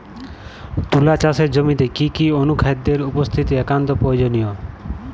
তুলা চাষের জমিতে কি কি অনুখাদ্যের উপস্থিতি একান্ত প্রয়োজনীয়?